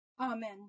Amen